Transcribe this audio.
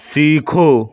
سیکھو